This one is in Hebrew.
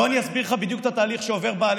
בוא אני אסביר לך בדיוק את התהליך שעובר בעל